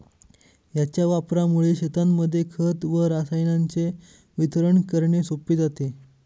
याच्या वापरामुळे शेतांमध्ये खत व रसायनांचे वितरण करणे सोपे जाते